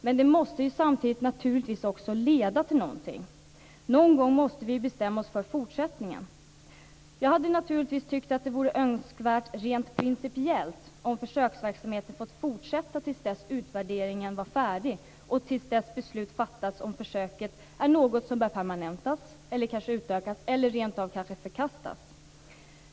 Men detta måste naturligtvis leda till någonting. Någon gång måste vi bestämma oss för fortsättningen. Det hade rent principiellt varit önskvärt om försöksverksamheten hade fått fortsätta till dess utvärderingen var färdig och till dess beslut fattats om försöket är något som bör permanentas, utökas eller rent av förkastas.